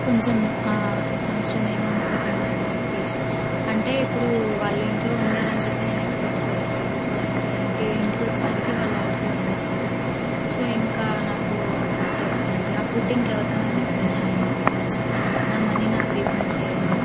కొంచం కొంచం ఏమనుకోకండి ప్లీజ్ అంటే ఇప్పుడు వాళ్ళు ఇంట్లో వండారని చెప్పి నేను ఎక్సపెక్ట్ చేయ లేదు సో ఇంక ఇంటి ఇంటికి వచ్చేసరికి వాళ్ళు ఆల్రెడీ వండేశారు సో ఇంక నాకు ఆ ఫుడ్ వద్దండి ఆ ఫుడ్ ఇంకెవరికన్నా రీప్లేస్ చేయండి కొంచం నా మనీ నాకు రిఫండ్ చేయరా